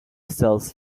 sells